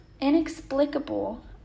inexplicable